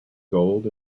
gold